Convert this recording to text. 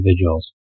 individuals